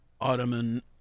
Ottoman